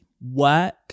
work